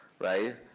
right